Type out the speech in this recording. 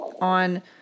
on